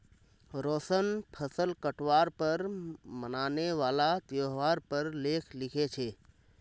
रोशन फसल काटवार पर मनाने वाला त्योहार पर लेख लिखे छे